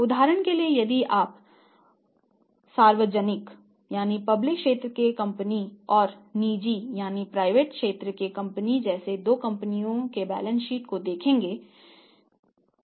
उदाहरण के लिए यदि आप सार्वजनिक क्षेत्र की कंपनी जैसी दो कंपनियों की बैलेंस शीट देखते हैं